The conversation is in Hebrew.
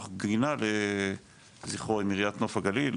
נחנוך גינה לזכרו עם עיריית נוף הגליל,